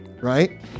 right